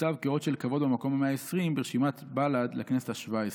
הוצב כאות של כבוד במקום ה-120 ברשימת בל"ד לכנסת השבע-עשרה."